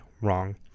wrong